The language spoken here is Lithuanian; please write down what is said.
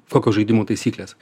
kokios žaidimų taisyklės